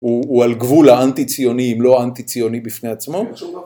הוא על גבול האנטי ציוני אם לא אנטי ציוני בפני עצמו.